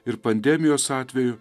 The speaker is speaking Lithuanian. ir pandemijos atveju